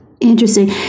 Interesting